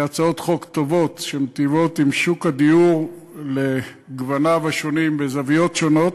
הצעות חוק טובות שמיטיבות עם שוק הדיור לגווניו השונים בזוויות שונות,